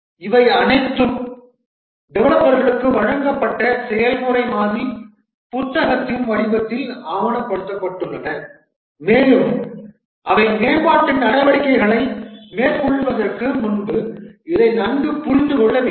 இவை அனைத்தும் டெவலப்பர்களுக்கு வழங்கப்பட்ட செயல்முறை மாதிரி புத்தகத்தின் வடிவத்தில் ஆவணப்படுத்தப்பட்டுள்ளன மேலும் அவை மேம்பாட்டு நடவடிக்கைகளை மேற்கொள்வதற்கு முன்பு இதை நன்கு புரிந்து கொள்ள வேண்டும்